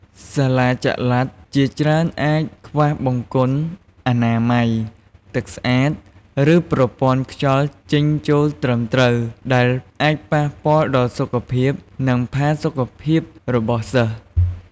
សាលាចល័តជាច្រើនអាចខ្វះបង្គន់អនាម័យ ទឹកស្អាត ឬប្រព័ន្ធខ្យល់ចេញចូលត្រឹមត្រូវ ដែលអាចប៉ះពាល់ដល់សុខភាព និងផាសុកភាពរបស់សិស្ស។